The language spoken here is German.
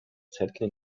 zettel